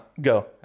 go